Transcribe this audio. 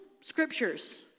scriptures